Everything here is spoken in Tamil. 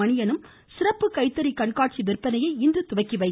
மணியனும் சிறப்பு கைத்தறி கண்காட்சி விற்பனையை இன்று துவக்கி வைத்தனர்